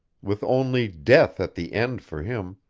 with only death at the end for him,